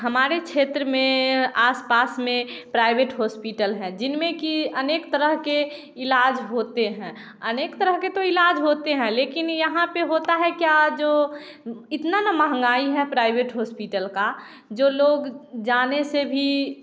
हमारे क्षेत्र में आसपास में प्राइवेट होस्पिटल है जिनमें कि अनेक तरह के इलाज होते हैं अनेक तरह के तो इलाज होते हैं लेकिन यहाँ पर होता है क्या जो इतना ना महँगाई है प्राइवेट होस्पिटल का जो लोग जाने से भी